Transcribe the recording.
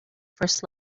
first